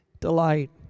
delight